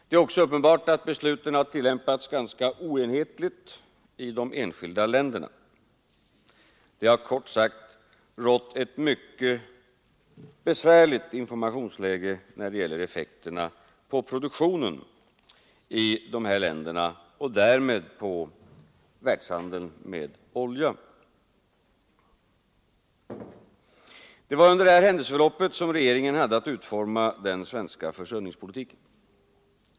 Det är också uppenbart att besluten har tillämpats ganska oenhetligt i de enskilda länderna. Det har, kort sagt, rått ett mycket besvärligt informationsläge vad beträffar effekterna på produktionen i dessa länder och därmed på världshandeln med olja. Det var under det här händelseförloppet som regeringen hade att utforma den svenska försörjningspolitiken.